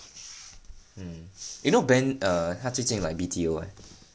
mm you know ben err 他最近 like B_T_O eh